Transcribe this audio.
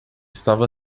estava